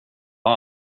var